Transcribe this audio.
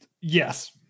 Yes